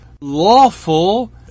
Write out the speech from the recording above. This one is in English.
lawful